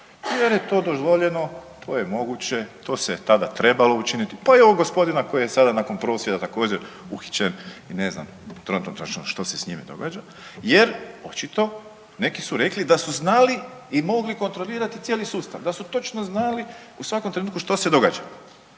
Jer je to dozvoljeno, to je moguće, to se tada trebalo učiniti, pa i ovog gospodina koji je sada nakon prosvjeda također uhićen i ne znam trenutačno što se s njime događa jer očito neki su rekli da su znali i mogli kontrolirati cijeli sustav, da su točno znali u svakom trenutku što se događa,